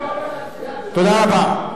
תודה רבה.